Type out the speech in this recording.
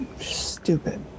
Stupid